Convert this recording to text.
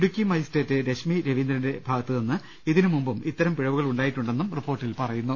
Idukki magistrate Rashmi രവീന്ദ്രന്റെ ഭാഗത്തുനിന്ന് ഇതിന് മുമ്പും ഇത്തരം പിഴവുകൾ ഉണ്ടായിട്ടുണ്ടെന്നും റിപ്പോർട്ടിൽ പറയുന്നു